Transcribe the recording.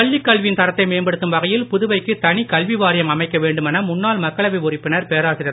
பள்ளிக்கல்வியின் தரத்தை மேம்படுத்தும் வகையில் புதுவைக்கு தனி கல்வி வாரியம் அமைக்க வேண்டுமென முன்னாள் மக்களவை உறுப்பினர் பேராசிரியர்